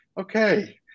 okay